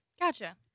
Gotcha